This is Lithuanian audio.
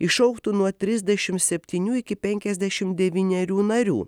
išaugtų nuo trisdešimt septynių iki penkiasdešimt devynerių narių